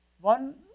One